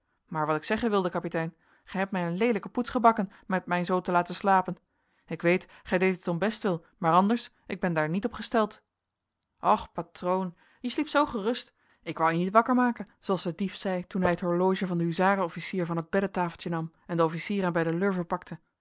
maar wat ik zeggen wilde kapitein gij hebt mij een leelijke poets gebakken met mij zoo te laten slapen ik weet gij deedt het om bestwil maar anders ik ben daar niet op gesteld och patroon je sliep zoo gerust ik wou je niet wakker maken zooals de dief zei toen hij het horloge van den huzarenofficier van het beddetafeltje nam en de officier hem bij de lurven pakte